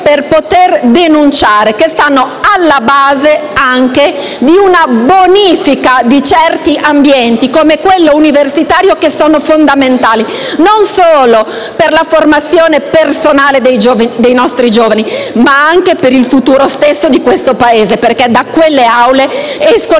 per poter denunciare, che stanno alla base di una bonifica di certi ambienti, come quello universitario, che sono fondamentali non solo per la formazione personale dei nostri giovani, ma anche per il futuro stesso di questo Paese, perché da quelle aule escono